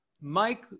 mike